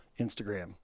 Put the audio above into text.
Instagram